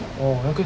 oh 那个